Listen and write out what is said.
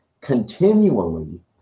continually